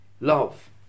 love